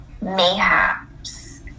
mayhaps